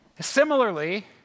similarly